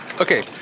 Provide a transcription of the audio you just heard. okay